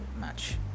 match